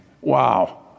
Wow